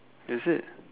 is it